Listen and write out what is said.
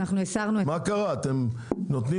אתם נותנים